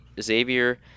Xavier